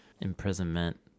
imprisonment